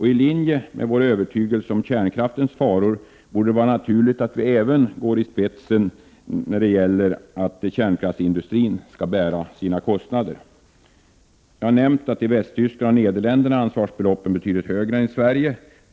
I linje med vår övertygelse om kärnkraftens faror borde det vara naturligt att vi även går i spetsen för att kärnkraftsindustrin skall bära sina kostnader. Jag har nämnt att ansvarsbeloppen i Västtyskland och i Nederländerna är betydligt högre än i Sverige.